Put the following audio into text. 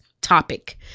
topic